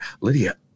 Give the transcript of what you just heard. Lydia